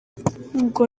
ngo